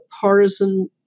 partisan